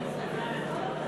חבר הכנסת אילטוב.